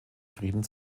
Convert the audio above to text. frieden